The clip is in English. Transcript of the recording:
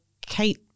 Kate